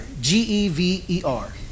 G-E-V-E-R